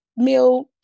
meal